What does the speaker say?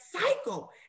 cycle